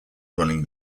running